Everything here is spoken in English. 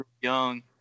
young